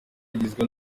igizwe